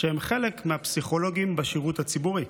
שהם חלק מהפסיכולוגים בשירות הציבורי.